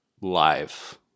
life